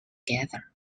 together